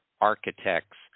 architect's